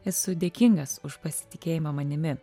esu dėkingas už pasitikėjimą manimi